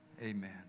amen